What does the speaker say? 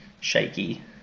shaky